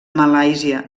malàisia